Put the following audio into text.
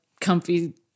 comfy